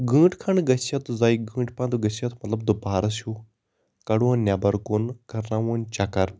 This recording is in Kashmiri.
گٲنٹہٕ کھَنڈ گٔژھِتھ زے گٲنٹہٕ پَتہٕ گٔژھِتھ مَطلَب دُپہرَس ہیو کَڑٕ ہوٚن نیبَر کُن کَرناو ہوٚن چَکر